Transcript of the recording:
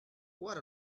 what